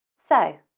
so,